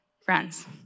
friends